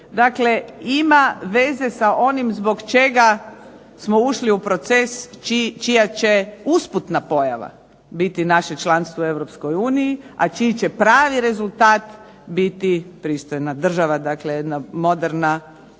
Dakle, ima veze sa onim zbog čega smo ušli u proces čija će usputna pojava biti članstvo u Europskoj uniji, a čiji će pravi rezultat biti jedna pristojna država, dakle jedan moderna uređena